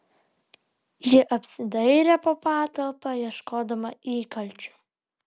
ji apsidairė po patalpą ieškodama įkalčių